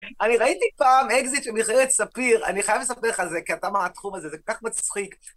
אני ראיתי פעם אקזיט של מכללת את ספיר, אני חייב לספר לך על זה, כי אתה מהתחום הזה, זה ככה מצחיק.